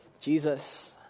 Jesus